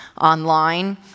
online